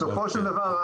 בסופו של דבר,